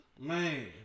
man